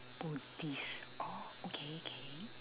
buddhist oh okay okay